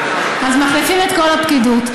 אז מחליפים את כל הפקידות.